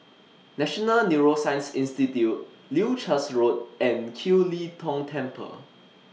National Neuroscience Institute Leuchars Road and Kiew Lee Tong Temple